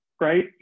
right